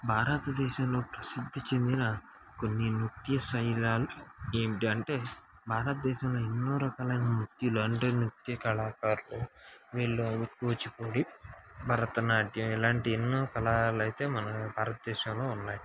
భారతదేశంలో ప్రసిద్ధి చెందిన కొన్ని నృత్య శైలాలు ఏంటంటే భారతదేశంలో ఎన్నో రకాల నృత్యులు అంటే నృత్య కళాకారులు వీళ్ళు కూచిపూడి భరతనాట్యం ఇలాంటి ఎన్నో కళలైతే మన భారతదేశంలో ఉన్నాయి